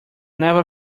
never